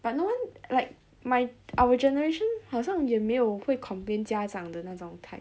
but no one like my our generation 好像也没有会 complain 家长的那种 type